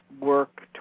work